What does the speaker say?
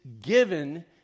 given